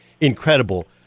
incredible